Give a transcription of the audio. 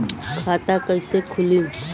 खाता कईसे खुली?